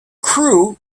crew